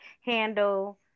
handle